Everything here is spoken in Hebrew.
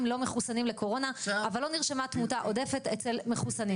לא מחוסנים לקורונה אבל לא נרשמה תמותה עודפת אצל מחוסנים